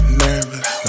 nervous